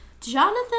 Jonathan